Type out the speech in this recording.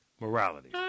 Morality